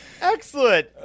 Excellent